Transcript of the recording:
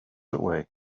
away